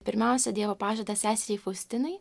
pirmiausia dievo pažadą seseriai faustinai